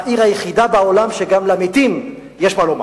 העיר היחידה בעולם שגם למתים יש מה לומר,